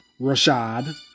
Rashad